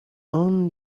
own